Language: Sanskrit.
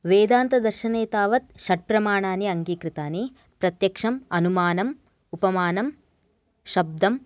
वेदान्तदर्शने तावत् षट्प्रमाणानि अङ्गीकृतानि प्रत्यक्षम् अनुमानम् उपमानम् शब्दम्